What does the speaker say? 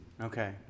Okay